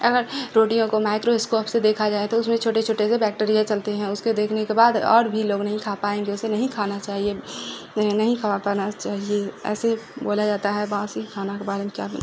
اگر روٹیوں کو مائیکرو اسکوپ سے دیکھا جائے تو اس میں چھوٹے چھوٹے سے بیکٹیریا چلتے ہیں اس کو دیکھنے کے بعد اور بھی لوگ نہیں کھا پائیں گے اسے نہیں کھانا چاہیے نہیں کھا پانا چاہیے ایسے بولا جاتا ہے باسی کھانا کے بارے میں کیا